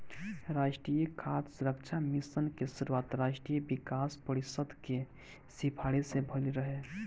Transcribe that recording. राष्ट्रीय खाद्य सुरक्षा मिशन के शुरुआत राष्ट्रीय विकास परिषद के सिफारिस से भइल रहे